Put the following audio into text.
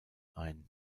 ein